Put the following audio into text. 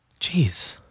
Jeez